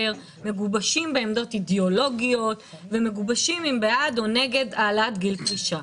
מגובשים בעמדות אידיאולוגיות ומגובשים בעד או נגד העלאת גיל הפרישה.